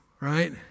right